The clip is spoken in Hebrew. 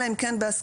אלא אם כן בהסכמה,